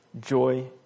Joy